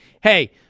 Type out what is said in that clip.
hey